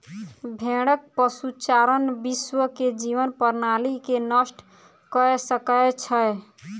भेड़क पशुचारण विश्व के जीवन प्रणाली के नष्ट कय सकै छै